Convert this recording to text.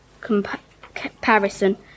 comparison